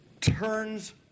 turns